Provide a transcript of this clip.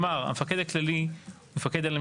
ואנחנו מפרסמים הודעות כלליות בארגון,